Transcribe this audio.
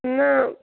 نَہ